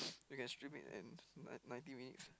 you can stream it and nine ninety minutes